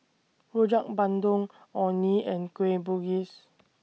Rojak Bandung Orh Nee and Kueh Bugis